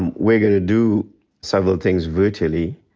and we're gonna do several things virtually.